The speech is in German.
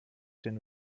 den